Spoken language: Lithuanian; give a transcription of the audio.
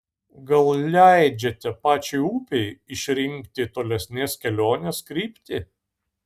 gal leidžiate pačiai upei išrinkti tolesnės kelionės kryptį